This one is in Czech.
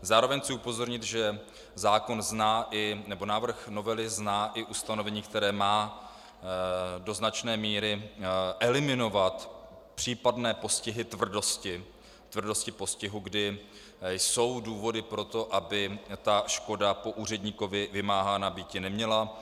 Zároveň chci upozornit, že návrh novely zná i ustanovení, které má do značné míry eliminovat případné postihy tvrdosti, tvrdosti postihu, kdy jsou důvody pro to, aby škoda po úředníkovi vymáhána býti neměla.